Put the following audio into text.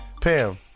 Pam